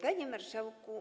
Panie Marszałku!